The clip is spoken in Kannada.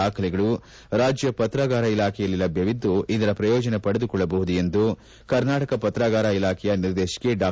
ದಾಖಲೆಗಳು ರಾಜ್ಯ ಪತ್ರಾಗಾರ ಇಲಾಖೆಯಲ್ಲಿ ಲಭ್ಯವಿದ್ದು ಇದರ ಪ್ರಯೋಜನ ಪಡೆದುಕೊಳ್ಳಬಹುದು ಎಂದು ಕರ್ನಾಟಕ ಪತ್ರಾಗಾರ ಇಲಾಖೆಯ ನಿರ್ದೇಶಕಿ ಡಾ